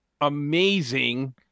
amazing